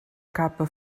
capa